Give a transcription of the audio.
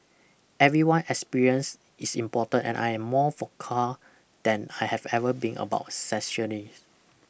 everyone experience is important and I am more vocal than I have ever been about